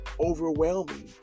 overwhelming